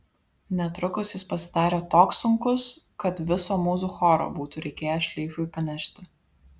netrukus jis pasidarė toks sunkus kad viso mūzų choro būtų reikėję šleifui panešti